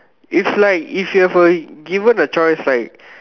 if like if you have a given a choice like